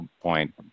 point